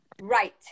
Right